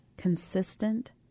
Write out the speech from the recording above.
consistent